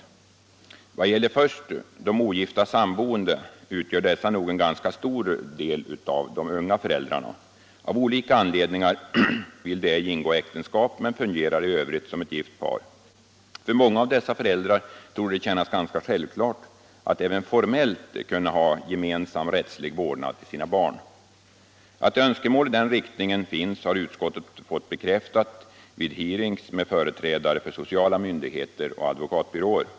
I vad gäller först de ogifta samboende utgör dessa nog en ganska stor del av de unga föräldrarna. Av olika anledningar vill de ej ingå äktenskap men fungerar i övrigt som ett gift par. För många av dessa föräldrar torde det kännas ganska självklart att även formellt kunna ha gemensam rättslig vårdnad för sina barn. Att önskemål i den riktningen finns har utskottet fått bekräftat vid hearings med företrädare för sociala myndigheter och advokatbyråer.